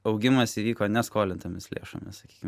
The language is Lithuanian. augimas įvyko ne skolintomis lėšomis sakykim